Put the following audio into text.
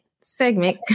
segment